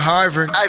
Harvard